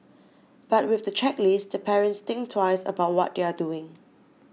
but with the checklist the parents think twice about what they are doing